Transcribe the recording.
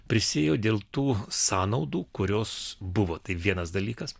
prisiėjo dėl tų sąnaudų kurios buvo tai vienas dalykas